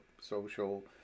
social